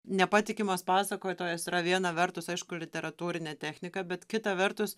nepatikimas pasakotojas yra viena vertus aišku literatūrinė technika bet kita vertus